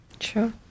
Sure